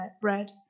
bread